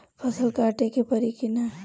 फसल काटे के परी कि न?